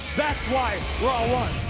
that's why raw won.